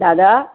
दादा